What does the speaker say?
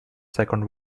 second